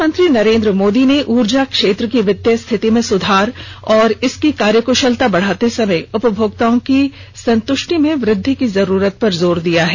प्रधानमंत्री नरेंद्र मोदी ने ऊर्जा क्षेत्र की वित्तीय स्थिति में सुधार और इसकी कार्य कुशलता बढ़ाते समय उपमोक्ताओं की संत्रष्टि में वृद्धि की जरूरत पर जोर दिया है